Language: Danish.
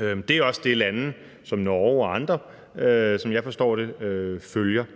Det er også det, lande som Norge og andre, som jeg forstår det, følger –